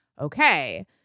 Okay